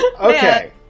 Okay